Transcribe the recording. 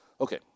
Okay